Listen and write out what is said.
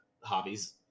hobbies